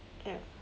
ya